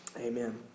Amen